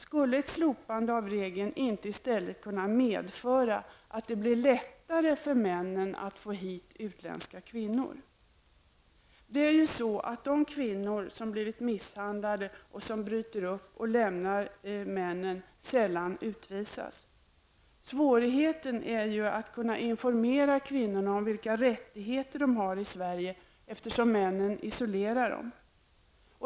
Skulle ett slopande av regeln inte i stället kunna medföra att det blev lättare för männen att ta hit utländska kvinnor? Det är ju så att kvinnor som blivit misshandlade och som bryter upp och lämnar männen sällan utvisas. Svårigheterna är ju att kunna informera kvinnorna om vilka rättigheter de har i Sverige, eftersom männen isolerar dem.